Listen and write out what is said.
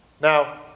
Now